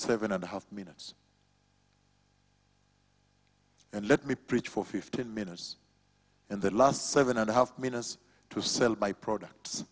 seven and a half minutes and let me preach for fifteen minutes and the last seven and a half minutes to sell my products